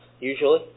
usually